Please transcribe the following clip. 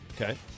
okay